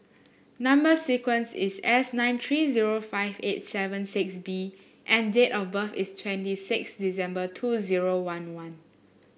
number sequence is S nine three zero five eight seven six B and date of birth is twenty six December two zero one one